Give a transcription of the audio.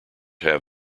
have